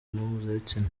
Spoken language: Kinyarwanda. mpuzabitsina